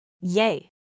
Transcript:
Yay